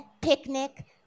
Picnic